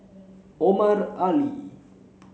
Omar Ali